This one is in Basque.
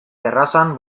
terrazan